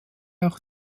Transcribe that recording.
auch